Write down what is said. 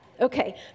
Okay